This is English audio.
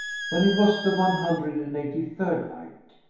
when it was the one hundred and eighty-third night,